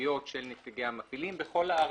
הסמכויות של נציגי המפעילים בכל הארץ,